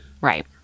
Right